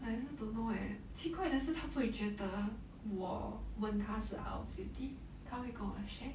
I also don't know eh 奇怪的是它不会我问他是 out of duty 他会跟我 share